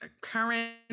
current